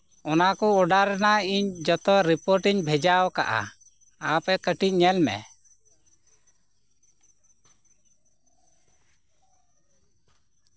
ᱚᱱᱟ ᱠᱚ ᱚᱰᱟᱨ ᱨᱮᱱᱟᱜ ᱤᱧ ᱡᱷᱚᱛᱚ ᱨᱤᱯᱳᱴ ᱤᱧ ᱵᱷᱮᱡᱟᱣᱟᱠᱟᱫᱼᱟ ᱟᱢ ᱠᱟᱹᱴᱤᱡ ᱧᱮᱞ ᱢᱮ